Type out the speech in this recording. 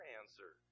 answer